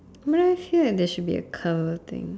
here and there should be a cover thing